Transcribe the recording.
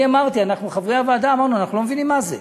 אני וחברי הוועדה אמרנו: אנחנו לא מבינים מה זה,